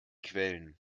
quellen